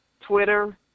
Twitter